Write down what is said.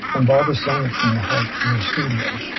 and barbra sung it from the heart in her studio.